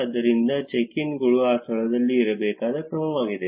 ಆದ್ದರಿಂದ ಚೆಕ್ ಇನ್ಗಳು ಆ ಸ್ಥಳದಲ್ಲಿ ಇರಬೇಕಾದ ಕ್ರಮವಾಗಿದೆ